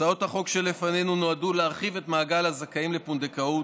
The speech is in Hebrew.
הצעות החוק שלפנינו נועדו להרחיב את מעגל הזכאים לפונדקאות,